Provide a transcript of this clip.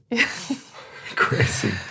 crazy